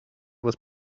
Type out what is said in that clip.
was